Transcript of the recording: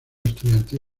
estudiantil